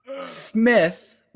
Smith